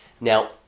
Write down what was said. Now